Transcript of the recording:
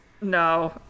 No